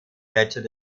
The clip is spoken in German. gletscher